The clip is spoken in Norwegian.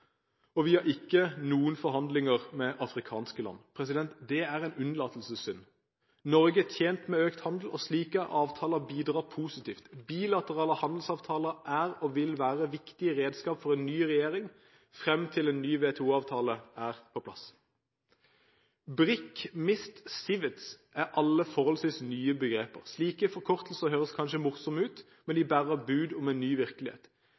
og vi har ikke noen forhandlinger med afrikanske land. Det er en unnlatelsessynd. Norge er tjent med økt handel, og slike avtaler bidrar positivt. Bilaterale handelsavtaler er og vil være viktige redskap for en ny regjering frem til en ny WTO-avtale er på plass. BRIK, MIST og CIVETS er alle forholdsvis nye begreper. Slike forkortelser høres kanskje morsomme ut, men de bærer bud om en ny virkelighet.